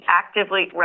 actively